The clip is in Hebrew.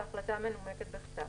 בהחלטה מנומקת בכתב".